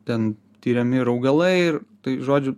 ten tiriami ir augalai ir tai žodžiu